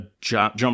jump